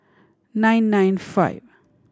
nine nine five